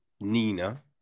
Nina